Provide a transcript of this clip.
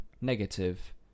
negative